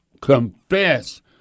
confess